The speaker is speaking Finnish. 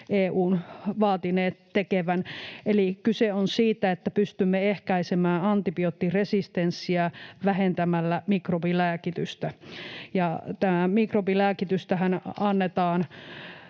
vaatineet EU:n tekevän. Kyse on siitä, että pystymme ehkäisemään antibioottiresistenssiä vähentämällä mikrobilääkitystä. Tätä mikrobilääkitystähän annetaan